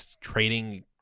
trading